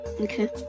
Okay